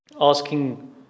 asking